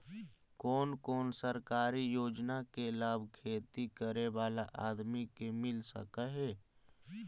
कोन कोन सरकारी योजना के लाभ खेती करे बाला आदमी के मिल सके हे?